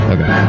Okay